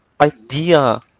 idea